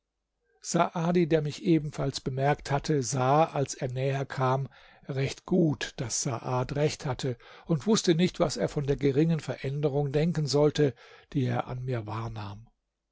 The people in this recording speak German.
der mich ebenfalls bemerkt hatte sah als er näher kam recht gut daß saad recht hatte und wußte nicht was er von der geringen veränderung denken sollte die er an mir wahrnahm